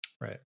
Right